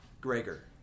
Gregor